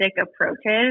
approaches